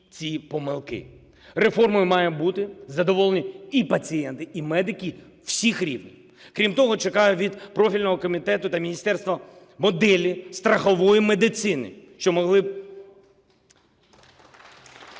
реформою мають бути задоволені і пацієнти, і медики всіх рівнів. Крім того, чекаю від профільного комітету та міністерства моделі страхової медицини, які б могли